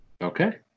Okay